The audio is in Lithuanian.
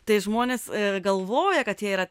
tai žmonės galvoja kad jie yra